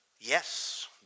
Yes